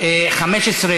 נתקבלה.